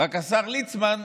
השר ליצמן,